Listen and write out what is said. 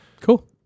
Cool